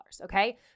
okay